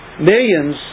millions